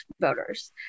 voters